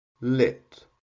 lit